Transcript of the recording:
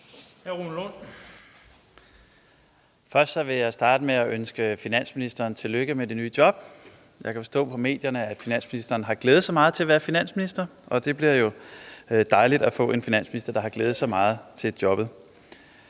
Først vil jeg starte med at ønske finansministeren tillykke med det nye job. Jeg kan forstå på medierne, at finansministeren har glædet sig meget til at blive finansminister, og det er jo dejligt at få en finansminister, der har glædet sig meget til jobbet.